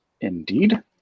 indeed